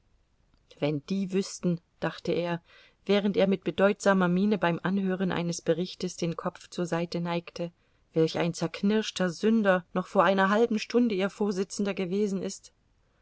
wenn die wüßten dachte er während er mit bedeutsamer miene beim anhören eines berichtes den kopf zur seite neigte welch ein zerknirschter sünder noch vor einer halben stunde ihr vorsitzender gewesen ist